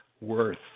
worth